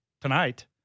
tonight